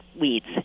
weeds